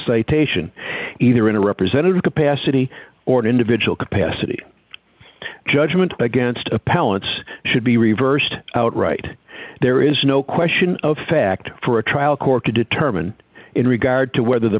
citation either in a representative capacity or an individual capacity judgment against appellants should be reversed outright there is no question of fact for a trial court to determine in regard to whether the